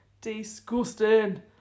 Disgusting